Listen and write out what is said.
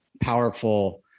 powerful